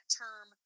term